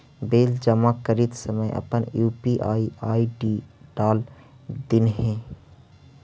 bill जमा करित समय अपन यू.पी.आई आई.डी डाल दिन्हें